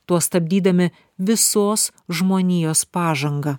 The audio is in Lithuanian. tuo stabdydami visos žmonijos pažangą